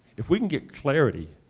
if we can get clarity,